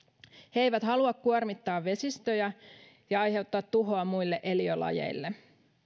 he eivät halua kuormittaa vesistöjä ja aiheuttaa tuhoa muille eliölajeille